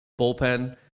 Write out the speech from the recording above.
Bullpen